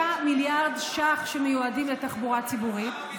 מיליארד ש"ח שמיועדים לתחבורה ציבורית,